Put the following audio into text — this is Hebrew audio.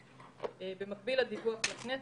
במקביל לדיווח לכנסת,